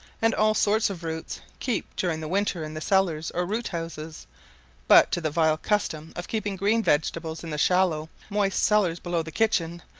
and all sorts of roots, keep during the winter in the cellars or root-houses but to the vile custom of keeping green vegetables in the shallow, moist cellars below the kitchens,